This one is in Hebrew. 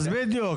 בדיוק.